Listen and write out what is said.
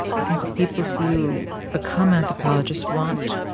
i think the people who become anthropologists want